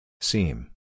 Seam